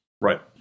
Right